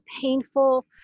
painful